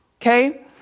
Okay